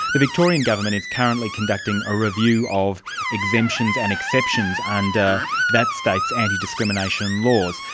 the victorian government is currently conducting a review of exemptions and exceptions under that state's anti-discrimination laws.